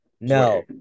No